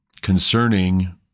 concerning